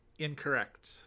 Incorrect